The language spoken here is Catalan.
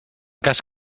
cas